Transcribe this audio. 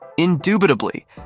Indubitably